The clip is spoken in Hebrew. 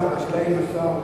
השאלה היא, האם השר,